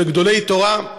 של גדולי תורה,